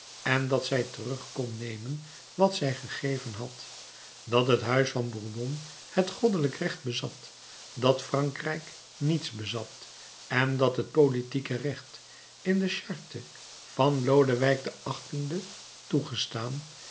en dat zij terug kon nemen wat zij gegeven had dat het huis van bourbon het goddelijk recht bezat dat frankrijk niets bezat en dat het politieke recht in de charte van lodewijk xviii toegestaan